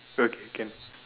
okay can